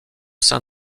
sein